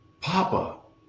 Papa